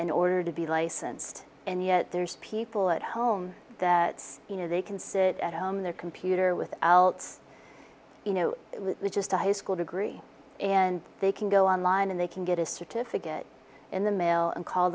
and ordered to be licensed and yet there's people at home that you know they can sit at home their computer without you know it was just a high school degree and they can go online and they can get a certificate in the mail and call